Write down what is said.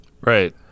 Right